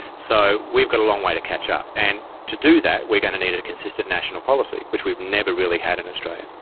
so we've got a long way to catch up, and to do that we're going to need a consistent national policy, which we've never really had in australia.